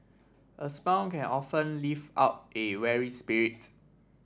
a smile can often lift up a weary spirit